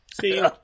See